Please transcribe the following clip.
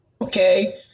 Okay